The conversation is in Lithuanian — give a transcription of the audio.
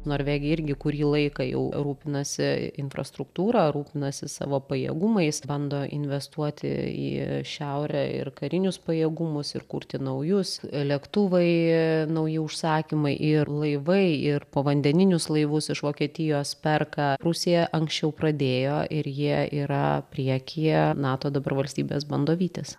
norvegija irgi kurį laiką jau rūpinasi infrastruktūra rūpinasi savo pajėgumais bando investuoti į šiaurę ir karinius pajėgumus ir kurti naujus lėktuvai nauji užsakymai ir laivai ir povandeninius laivus iš vokietijos perka rusija anksčiau pradėjo ir jie yra priekyje nato dabar valstybės bando vytis